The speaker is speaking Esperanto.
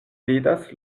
vidas